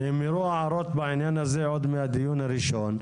נאמרו הערות בעניין הזה עוד מהדיון הראשון,